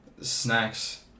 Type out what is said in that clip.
snacks